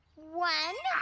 one,